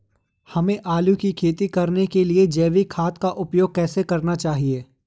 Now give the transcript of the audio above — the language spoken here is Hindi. हमें आलू की खेती करने के लिए जैविक खाद का उपयोग कैसे करना चाहिए?